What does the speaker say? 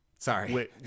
Sorry